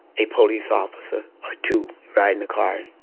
a police officer or two riding a car,